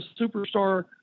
superstar